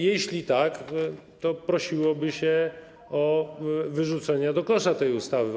Jeśli tak, to prosiłoby się o wyrzucenie do kosza tej ustawy.